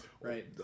Right